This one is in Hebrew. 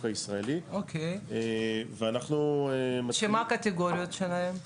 הישראלי ואנחנו --- שמה הקטגוריות שלהם?